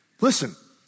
Listen